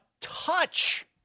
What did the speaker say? touch